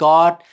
God